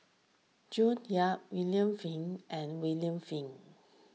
June Yap William Flint and William Flint